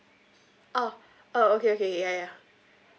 orh oh okay okay ya ya